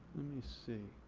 let me see.